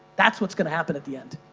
that's what's gonna happen at the end.